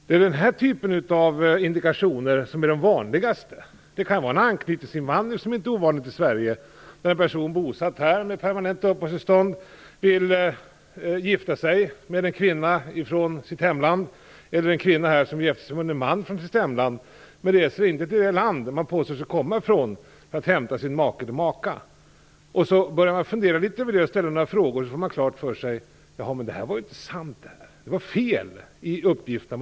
Det är den här typen av indikationer som är vanligast. Det kan handla om en anknytningsinvandring, som inte är ovanligt i Sverige, där en person som är bosatt här och har permanent uppehållstillstånd vill gifta sig med en kvinna från sitt hemland, eller det kan vara en kvinna här som vill gifta sig med en man från sitt hemland. När de sedan inte reser till det land som de påstår sig komma ifrån för att hämta sin make eller maka börjar man funderar litet över detta och ställer några frågor. Då får man klart för sig att det inte var sant. Det var fel i uppgifterna.